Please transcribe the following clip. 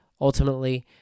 ultimately